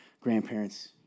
grandparents